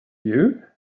you